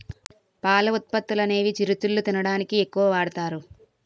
పాల ఉత్పత్తులనేవి చిరుతిళ్లు తినడానికి ఎక్కువ వాడుతారు